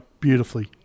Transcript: beautifully